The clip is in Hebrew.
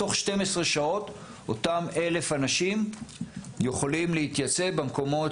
תוך 12 שעות אותם 1,000 אנשים יכולים להתייצב במקומות